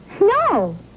No